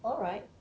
alright